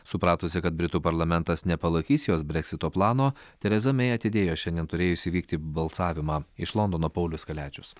supratusi kad britų parlamentas nepalaikys jos breksito plano tereza mey atidėjo šiandien turėjusį įvykti balsavimą iš londono paulius kaliačius